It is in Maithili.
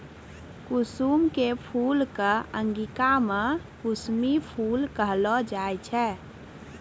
कुसुम के फूल कॅ अंगिका मॅ कुसमी फूल कहलो जाय छै